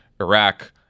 iraq